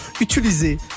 utiliser